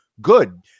good